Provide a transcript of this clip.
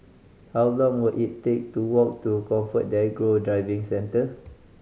how long will it take to walk to ComfortDelGro Driving Centre